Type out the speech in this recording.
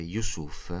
Yusuf